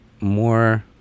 more